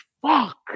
Fuck